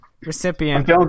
recipient